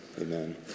Amen